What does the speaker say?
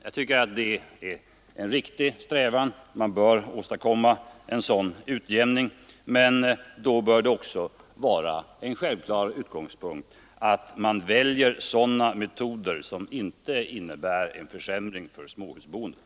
Jag tycker att det är en riktig strävan; man bör söka åstadkomma en sådan utjämning, men då bör det också vara en självklar utgångspunkt att välja sådana metoder som inte innebär en försämring för småhusboendet.